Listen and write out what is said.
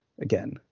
again